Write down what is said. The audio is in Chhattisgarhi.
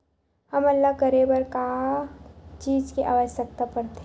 हमन ला करे बर का चीज के आवश्कता परथे?